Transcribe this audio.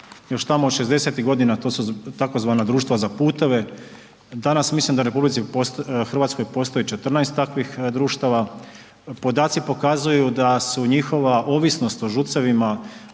još tamo od '60.-tih godina to su tzv. društva za puteve, danas mislim da u RH postoji 14 takvih društava, podaci pokazuju da su njihova ovisnost o ŽUC-evima